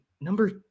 number